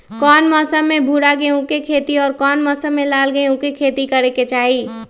कौन मौसम में भूरा गेहूं के खेती और कौन मौसम मे लाल गेंहू के खेती करे के चाहि?